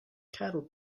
cattle